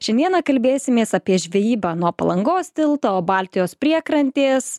šiandieną kalbėsimės apie žvejybą nuo palangos tilto baltijos priekrantės